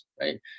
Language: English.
right